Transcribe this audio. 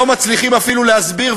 לא מצליחים אפילו להסביר,